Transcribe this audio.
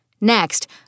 Next